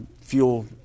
fuel